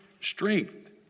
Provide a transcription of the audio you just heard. strength